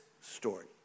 story